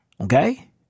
Okay